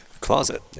closet